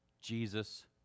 Jesus